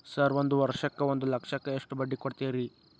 Sir ಒಂದು ವರ್ಷಕ್ಕ ಒಂದು ಲಕ್ಷಕ್ಕ ಎಷ್ಟು ಬಡ್ಡಿ ಕೊಡ್ತೇರಿ?